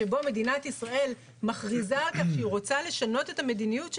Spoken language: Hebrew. שבו מדינת ישראל מכריזה שהיא רוצה לשנות את המדיניות שלה,